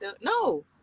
No